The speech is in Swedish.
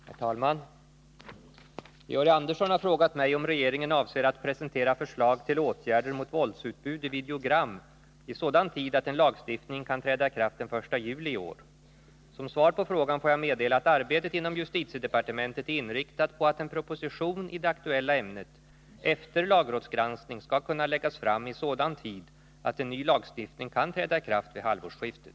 Herr talman! Georg Andersson har frågat mig om regeringen avser att presentera förslag till åtgärder mot våldsutbud i videogram i sådan tid att en lagstiftning kan träda i kraft den 1 juli i år. Som svar på frågan får jag meddela att arbetet inom justitiedepartementet är inriktat på att en proposition i det aktuella ämnet efter lagrådsgranskning skall kunna läggas fram i sådan tid att en ny lagstiftning kan träda i kraft vid halvårsskiftet.